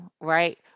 right